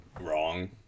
wrong